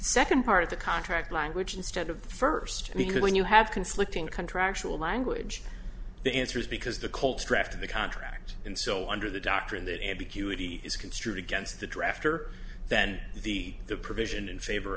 second part of the contract language instead of the first because when you have conflicting contractual language the answer is because the colts drafted the contract and so under the doctrine that ambiguity is construed against the drafter then the the provision in favor